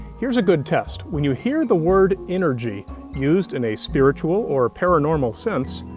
here's a good test. when you hear the word energy used in a spiritual or paranormal sense,